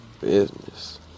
business